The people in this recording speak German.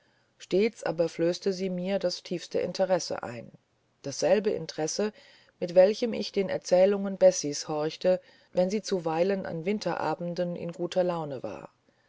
stets aber flößte sie mir das tiefste interesse ein dasselbe interesse mit welchem ich den erzählungen bessie's horchte wenn sie zuweilen an winterabenden in guter laune war